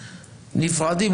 נפרדים,